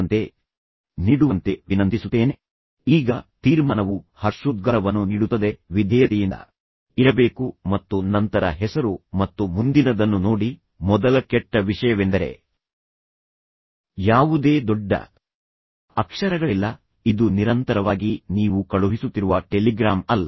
ಆದ್ದರಿಂದ ಅದು ಮತ್ತೊಮ್ಮೆ ಕೆಟ್ಟದಾಗಿದೆ ನೀವು ನಿಮ್ಮ ಆಪ್ತ ಸ್ನೇಹಿತನಿಗೆ ಬರೆಯುತ್ತಿರುವಂತೆ ಅದು ಈ ಸಂದರ್ಭದಲ್ಲಿ ವಿಧೇಯತೆಯಿಂದ ಇರಬೇಕು ಮತ್ತು ನಂತರ ಹೆಸರು ಮತ್ತು ಮುಂದಿನದನ್ನು ನೋಡಿ ಮೊದಲ ಕೆಟ್ಟ ವಿಷಯವೆಂದರೆ ಯಾವುದೇ ದೊಡ್ಡ ಅಕ್ಷರಗಳಿಲ್ಲ ಇದು ನಿರಂತರವಾಗಿ ನೀವು ಕಳುಹಿಸುತ್ತಿರುವ ಟೆಲಿಗ್ರಾಮ್ ಅಲ್ಲ